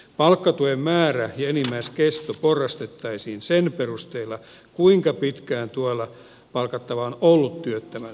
palkkatuen määrä ja enimmäiskesto porrastettaisiin sen perusteella kuinka pitkään tuella palkattava on ollut työttömänä